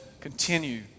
continue